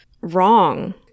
wrong